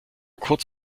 kurz